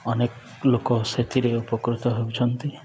ଅନେକ ଲୋକ ସେଥିରେ ଉପକୃତ ହେଉଛନ୍ତି